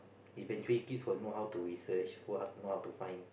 eventually kids will know how to research know how know how to find